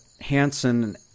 Hansen